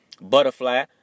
butterfly